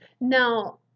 Now